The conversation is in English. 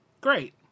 great